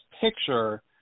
Picture